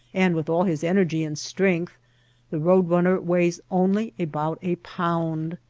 and with all his energy and strength the road-runner weighs only about a pound.